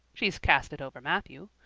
she's cast it over matthew.